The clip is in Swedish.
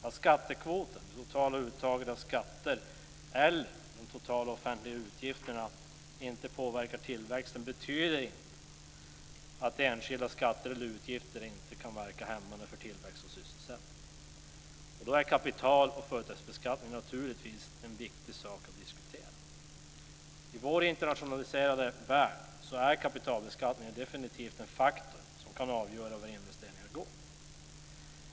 Att skattekvoten - det totala uttaget av skatter eller de totala offentliga utgifterna - inte påverkar tillväxten betyder inte att enskilda skatter eller utgifter inte kan verka hämmande för tillväxt och sysselsättning. Då är kapital och företagsbeskattningen naturligtvis en viktig sak att diskutera. I vår internationaliserade värld är kapitalbeskattningen definitivt en faktor som kan avgöra vart investeringar går.